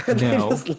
No